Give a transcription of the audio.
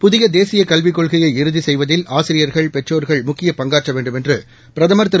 புதிய தேசிய கல்விக் கொள்கையை இறுதி செய்வதில் ஆசிரியர்கள் பெற்றோர்கள் முக்கியப் பங்காற்ற வேண்டும் என்று பிரதமர் திரு